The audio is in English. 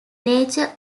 nature